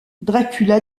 dracula